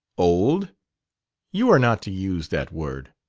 old' you are not to use that word.